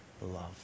love